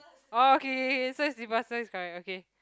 orh K K K so is slipper is correct okay